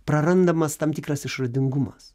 prarandamas tam tikras išradingumas